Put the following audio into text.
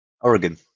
oregon